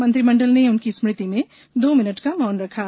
मंत्रिमंडल ने उनकी स्मृति में दो मिनट का मौन रखा